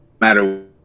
matter